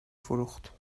فروخت